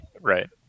right